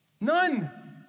None